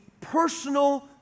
personal